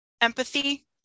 empathy